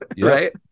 Right